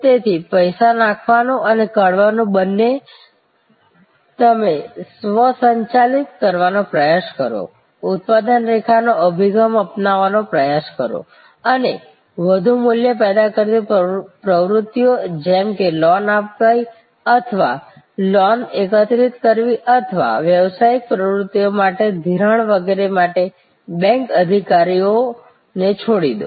તેથી પૈસા નાખવું અને કાઢવું બંને તમે સ્વચાલિત કરવાનો પ્રયાસ કરો ઉત્પાદન રેખા નો અભિગમ અપનાવવાનો પ્રયાસ કરો અને વધુ મૂલ્ય પેદા કરતી પ્રવૃત્તિઓ જેમ કે લોન આપવી અથવા લોન એકત્રિત કરવી અથવા વ્યવસાયિક પ્રવૃત્તિઓ માટે ધિરાણ વગેરે માટે બેંક અધિકારીઓને છોડી દો